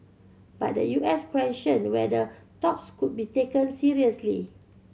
but the U S questioned whether talks could be taken seriously